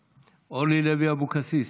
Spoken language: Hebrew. סמי אבו שחאדה, אורלי לוי אבקסיס,